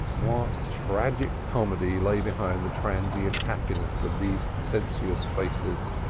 what tragic comedy lay behind the transient happiness of these sensuous faces,